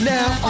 Now